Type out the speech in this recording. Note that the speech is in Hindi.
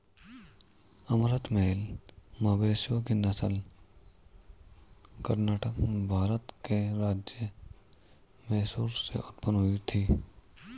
अमृत महल मवेशियों की नस्ल कर्नाटक, भारत के राज्य मैसूर से उत्पन्न हुई थी